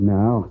now